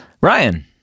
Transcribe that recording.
Ryan